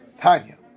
Tanya